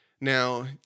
Now